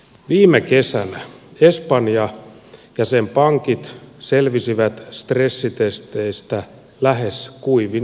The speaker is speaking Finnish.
viime kesänä espanja ja sen pankit selvisivät stressitesteistä lähes kuivin jaloin